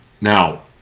Now